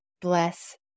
bless